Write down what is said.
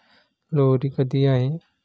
लोहरी कधी आहे?